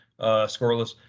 scoreless